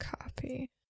Copy